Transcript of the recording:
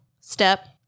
step